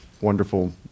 wonderful